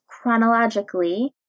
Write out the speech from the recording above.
chronologically